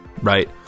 right